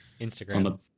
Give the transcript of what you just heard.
Instagram